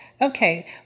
Okay